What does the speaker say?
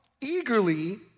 eagerly